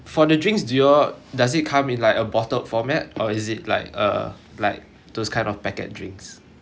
for the drinks do y'all does it come in like a bottle format or is it like a like those kind of packet drinks